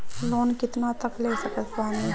Loan कितना तक ले सकत बानी?